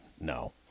no